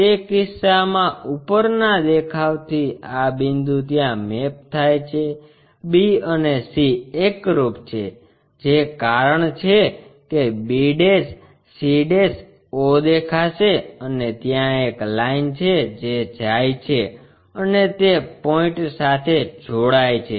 તે કિસ્સામાં ઉપરના દેખાવથી આ બિંદુ ત્યાં મેપ થાય છે b અને c એકરુપ છે જે કારણ છે કે b c o દેખાશે અને ત્યાં એક લાઈન છે જે જાય છે અને તે પોઇન્ટ સાથે જોડાય છે